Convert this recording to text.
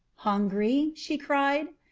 hungry? she cried.